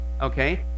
Okay